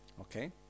Okay